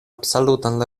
absolutan